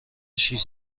شیش